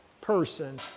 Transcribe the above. person